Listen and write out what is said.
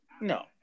No